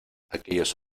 aquellos